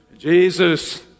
Jesus